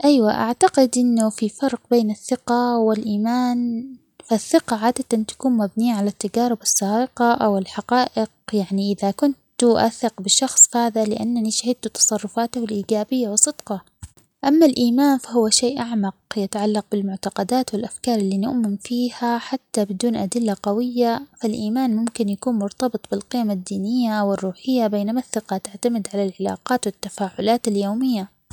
أيوا أعتقد إنو في فرق بين الثقة والإيمان، فالثقة عادةً تكون مبنية على التجارب السابقة أو الحقائق يعني إذا كنت أئق بشخص فهذا لأنني شهدت تصرفاته الإيجابية وصدقه، أما الإيمان فهو شيء أعمق يتعلق بالمعتقدات والأفكار اللي نؤمن فيها حتى بدون أدلة قوية فالإيمان ممكن أن يكون مرتبط بالقيم الدينية والروحية بينما الثقة تعتمد على العلاقات والتفاعلات اليومية.